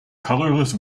colourless